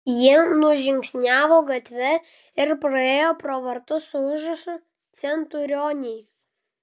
jie nužingsniavo gatve ir praėjo pro vartus su užrašu centurionai